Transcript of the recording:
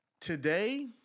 today